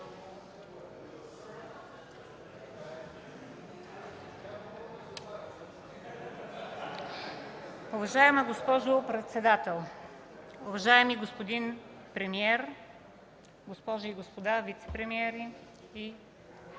Уважаема госпожо председател, уважаеми господин премиер, госпожи и господа вицепремиери и министри,